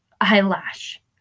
eyelash